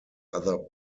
other